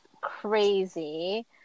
crazy